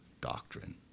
doctrine